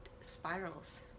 spirals